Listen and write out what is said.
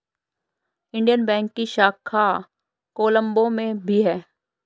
Indian bank की शाखा कोलम्बो में भी है